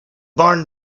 barn